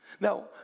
Now